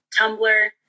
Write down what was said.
tumblr